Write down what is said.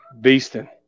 beasting